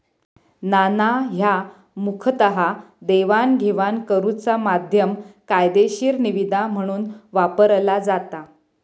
नाणा ह्या मुखतः देवाणघेवाण करुचा माध्यम, कायदेशीर निविदा म्हणून वापरला जाता